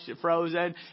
frozen